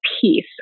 peace